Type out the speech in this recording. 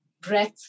breath